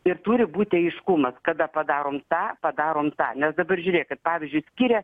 ir turi būti aiškumas kada padarom tą padarom tą nes dabar žiūrėk pavyzdžiui skiria